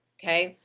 okay?